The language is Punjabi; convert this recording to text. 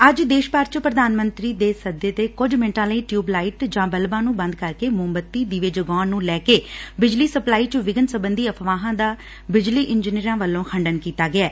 ਅੱਜ ਦੇਸ਼ ਭਰ 'ਚ ਪ੍ਰਧਾਨ ਮੰਤਰੀ ਦੇ ਸੱਦੇ 'ਤੇ ਕੁਝ ਮਿੰਟਾਂ ਲਈ ਟਿਯੂਬ ਲਾਈਟ ਜਾਂ ਬਲਬ ਨੂੰ ਬੰਦ ਕਰਕੇ ਮੋਮਬੱਤੀ ਦੀਵੇ ਜਗਾਉਣ ਨੂੰ ਲੈਕੇ ਬਿਜਲੀ ਸਪਲਾਈ 'ਚ ਵਿਘਨ ਸਬੰਧੀ ਅਫਵਾਹਾਂ ਦਾ ਬਿਜਲੀ ਇੰਜੀਨੀਅਰਾਂ ਵਲੋ ਖੰਡਨ ਕੀਤਾ ਗਿਐ